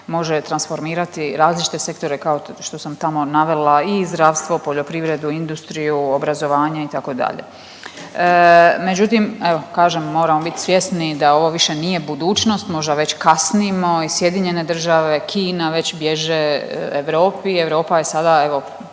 Može transformirati različite sektore kao što sam tamo navela i zdravstvo, poljoprivredu, industriju, obrazovanje itd. Međutim, evo kažem moramo biti svjesni da ovo više nije budućnost, možda već kasnimo. I SAD, Kina već bježe Europi, Europa je sada evo